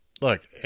Look